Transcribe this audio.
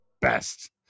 best